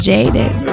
Jaded